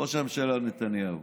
לראש הממשלה נתניהו.